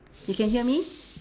you can hear me